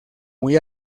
muy